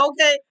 Okay